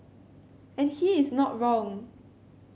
and he is not wrong